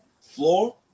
floor